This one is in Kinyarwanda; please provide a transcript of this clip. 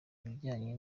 ibijyanye